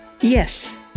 yes